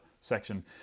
section